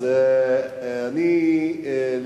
תרגם לעברית, שנדע לענות.